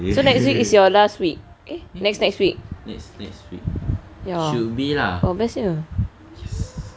so next week is your last week eh next next week ya oh bestnya